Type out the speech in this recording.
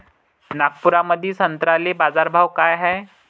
नागपुरामंदी संत्र्याले बाजारभाव काय हाय?